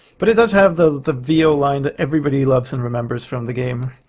but it does have the the vo line that everybody loves and remembers from the game.